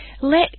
Let